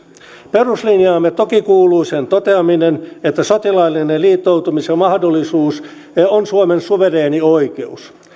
peruslinjaamme toki kuuluu sen toteaminen että sotilaallisen liittoutumisen mahdollisuus on suomen suvereeni oikeus